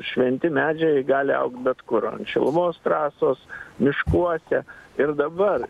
šventi medžiai gali augt bet kur ant šilumos trasos miškuose ir dabar